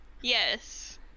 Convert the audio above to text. Yes